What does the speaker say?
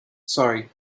sorry